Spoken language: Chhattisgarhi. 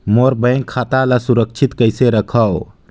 मोर बैंक खाता ला सुरक्षित कइसे रखव?